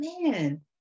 man